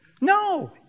No